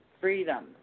freedom